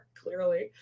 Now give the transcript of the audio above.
clearly